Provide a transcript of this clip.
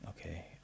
okay